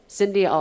Cindy